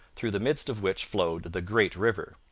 through the midst of which flowed the great river.